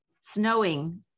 snowing